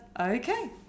okay